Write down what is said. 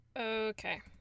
Okay